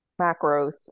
macros